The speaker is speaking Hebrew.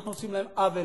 אנחנו עושים להם עוול.